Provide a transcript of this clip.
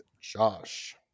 Josh